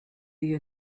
you